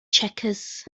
checkers